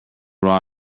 rod